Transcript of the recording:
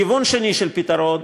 כיוון שני של פתרון,